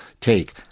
take